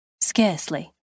Scarcely